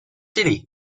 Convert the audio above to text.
silly